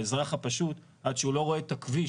האזרח הפשוט עד שהוא לא רואה את הכביש